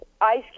Ice